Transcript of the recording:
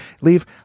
Leave